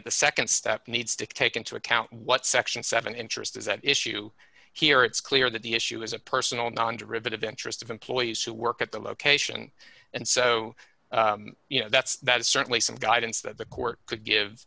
at the nd step needs to take into account what section seven interest is at issue here it's clear that the issue is a personal non derivative interest of employees who work at the location and so you know that's that is certainly some guidance that the court